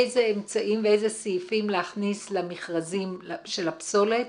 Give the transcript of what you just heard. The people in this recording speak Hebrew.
איזה אמצעים ואיזה סעיפים להכניס למכרזים של הפסולת